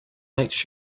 makes